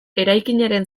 eraikinaren